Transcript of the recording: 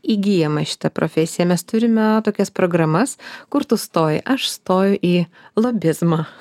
įgyjama šita profesija mes turime tokias programas kur tu stoji aš stoju į lobizmą